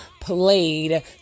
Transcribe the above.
played